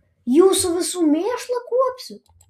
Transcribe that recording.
jūsų visų mėšlą kuopsiu